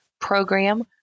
program